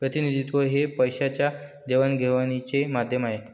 प्रतिनिधित्व हे पैशाच्या देवाणघेवाणीचे माध्यम आहे